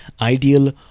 ideal